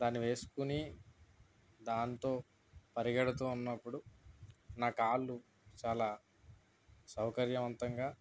దాన్ని వేసుకుని దాంతో పరిగెడుతు ఉన్నప్పుడు నా కాళ్ళు చాలా సౌకర్యవంతంగా